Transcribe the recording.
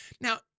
Now